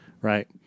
Right